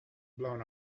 blown